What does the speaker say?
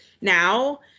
now